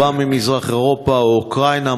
הפכה בחודשים האחרונים לשכיחה.